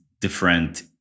different